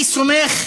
אני סומך,